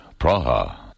Praha